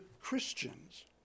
Christians